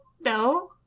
No